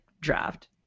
draft